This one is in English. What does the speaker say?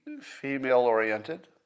female-oriented